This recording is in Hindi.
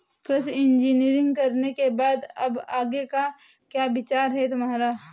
कृषि इंजीनियरिंग करने के बाद अब आगे का क्या विचार है तुम्हारा?